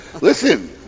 Listen